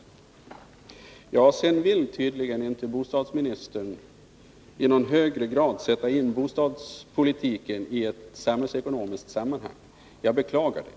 Bostadsministern vill tydligen inte sätta in bostadspolitiken i ett samhällsekonomiskt sammanhang. Jag beklagar det.